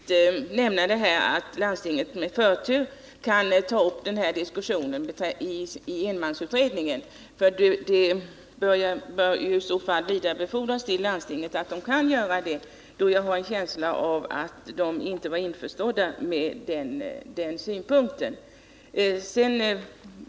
Herr talman! Jag vill särskilt notera att landstinget med förtur kan ta upp den här diskussionen i enmansutredningen. Det bör i så fall vidarebefordras till landstinget att det kan göra det. Jag har en känsla av att man i landstinget inte har detta klart för sig.